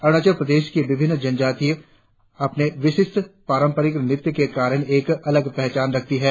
अरुणाचल प्रदेश कि विभिन्न जनजातियां अपने विशिष्ट पारंपरिक नृत्य के कारण एक अलग पहचान रखती है